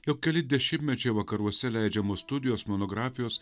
jau keli dešimtmečiai vakaruose leidžiamos studijos monografijos